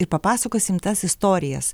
ir papasakosim tas istorijas